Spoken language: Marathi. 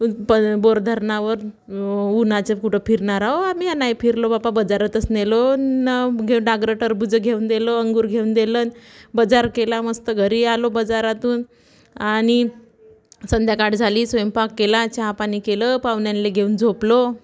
प बोरधरणावर उन्हाचा कुठं फिरणार आहो आम्ही नाही फिरलो बाप्पा बाजारातच नेलो न घ डागरं टरबुजं घेऊन दिलं अंगूर घेऊन दिलं आणि बाजार केला मस्त घरी आलो बाजारातून आणि संध्याकाळ झाली स्वयंपाक केला चहापानी केलं पाहुण्यांला घेऊन झोपलो